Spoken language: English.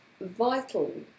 vital